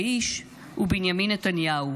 האיש הוא בנימין נתניהו,